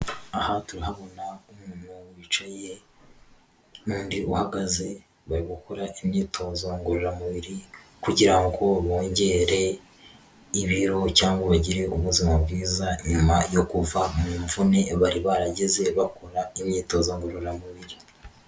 Aha turahabona umuntu wicaye n'undi uhagaze, bari gukora imyitozo ngororamubiri kugira ngo bongere ibiro cyangwa bagire ubuzima bwiza, nyuma yo kuva mu mvune bari baragize bakora imyitozo ngororamubiri.